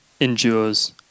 endures